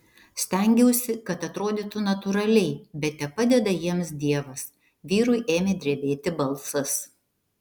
stengiausi kad atrodytų natūraliai bet tepadeda jiems dievas vyrui ėmė drebėti balsas